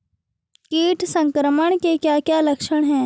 कीट संक्रमण के क्या क्या लक्षण हैं?